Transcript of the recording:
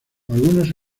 algunos